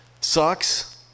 sucks